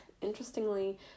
interestingly